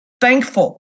thankful